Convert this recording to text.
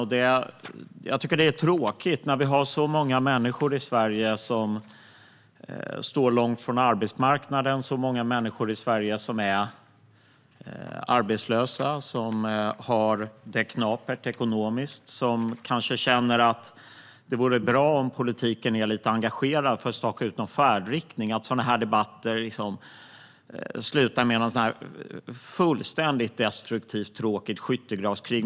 Jag tycker att det är tråkigt när det finns så många människor i Sverige som står långt från arbetsmarknaden, så många människor i Sverige som är arbetslösa, som har det knapert ekonomiskt, som känner att det vore bra om politiken var lite engagerad för att staka ut en färdriktning. Sådana här debatter slutar i ett fullständigt destruktivt och tråkigt skyttegravskrig.